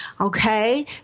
Okay